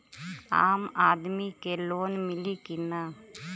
आम आदमी के लोन मिली कि ना?